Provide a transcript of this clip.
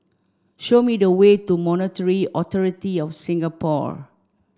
show me the way to Monetary Authority Of Singapore